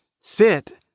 sit